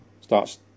starts